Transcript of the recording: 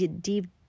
deep